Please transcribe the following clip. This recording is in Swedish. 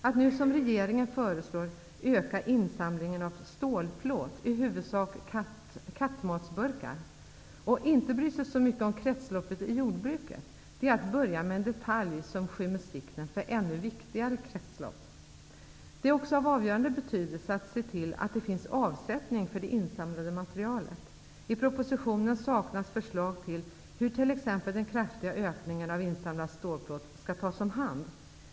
Att nu, som regeringen föreslår, öka insamlingen av stålplåt -- i huvudsak kattmatsburkar -- och inte bry sig så mycket om kretsloppet i jordbruket är att börja med en detalj som skymmer sikten för ännu viktigare kretslopp. Det är också av avgörande betydelse att se till att det finns avsättning för det insamlade materialet. I propositionen saknas förslag till hur t.ex. den kraftiga ökningen av insamlad stålplåt skall tas om hand.